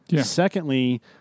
Secondly